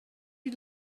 you